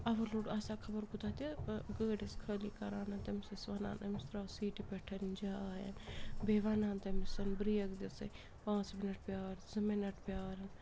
اَوَر load آسہِ ہہ خبر کوٗتاہ تہِ گٲڑۍ ٲسۍ خٲلی کَران تٔمِس ٲسۍ وَنان أمِس ترٛاو سیٖٹہِ پٮ۪ٹھ جاین بیٚیہِ وَنان تٔمِس برٛیک دِ ژٕ پانٛژھ مِنَٹ پیار زٕ مِنَٹ پیار